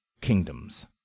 kingdoms